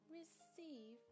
receive